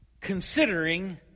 considering